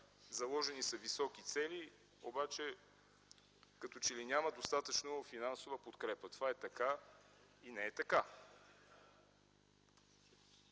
заложени са високи цели, обаче като че ли няма достатъчно финансова подкрепа. Това е така и не е така.